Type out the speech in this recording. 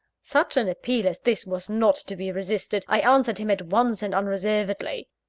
such an appeal as this was not to be resisted i answered him at once and unreservedly.